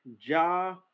Ja